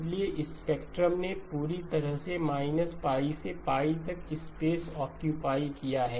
इसलिए स्पेक्ट्रम ने पूरी तरह से π से तक स्पेस औक्कूपाई किया है